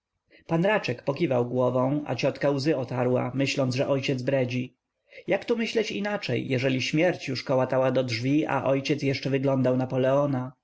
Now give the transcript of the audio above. raczek pokiwał głową a ciotka łzy otarła myśląc że ojciec bredzi jak tu myśleć inaczej jeżeli śmierć już kołatała do drzwi a ojciec jeszcze wyglądał napoleona